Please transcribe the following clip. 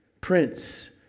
Prince